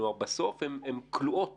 כלומר, בסוף הן כלואות